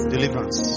Deliverance